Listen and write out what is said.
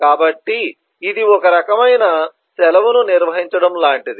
కాబట్టి ఇది ఒక రకమైన సెలవును నిర్వహించడం లాంటిది